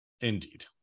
Indeed